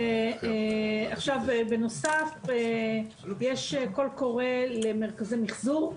עכשיו, בנוסף יש קול קורא למרכזי מחזור.